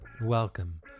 welcome